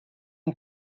you